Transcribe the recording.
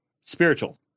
spiritual